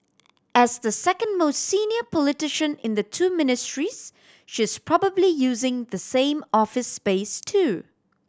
as the second most senior politician in the two Ministries she is probably using the same office space too